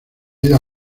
ido